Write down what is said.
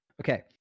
Okay